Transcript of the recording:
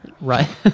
right